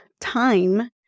time